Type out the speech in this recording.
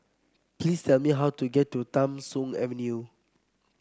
please tell me how to get to Tham Soong Avenue